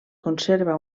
conserva